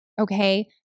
Okay